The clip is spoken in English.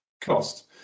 cost